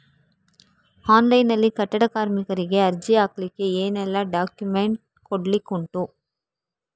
Online ನಲ್ಲಿ ಕಟ್ಟಡ ಕಾರ್ಮಿಕರಿಗೆ ಅರ್ಜಿ ಹಾಕ್ಲಿಕ್ಕೆ ಏನೆಲ್ಲಾ ಡಾಕ್ಯುಮೆಂಟ್ಸ್ ಕೊಡ್ಲಿಕುಂಟು?